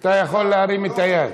אתה יכול להרים את היד.